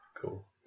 Cool